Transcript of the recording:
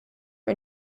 are